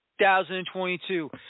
2022